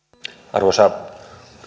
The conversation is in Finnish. arvoisa